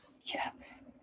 Yes